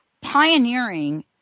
pioneering